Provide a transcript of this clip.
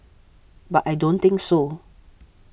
but I don't think so